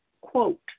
quote